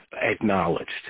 acknowledged